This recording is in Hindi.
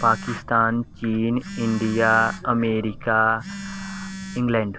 पाकिस्तान चीन इंडिया अमेरिका इंग्लैंड